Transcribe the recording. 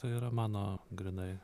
tai yra mano grynai